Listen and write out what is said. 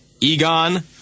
Egon